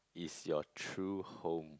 is your true home